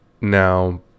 Now